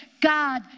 God